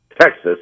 Texas